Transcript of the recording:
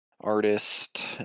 artist